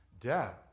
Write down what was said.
death